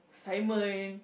timer and